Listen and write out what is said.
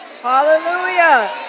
Hallelujah